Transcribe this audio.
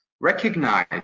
recognize